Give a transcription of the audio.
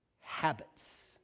habits